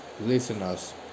Listeners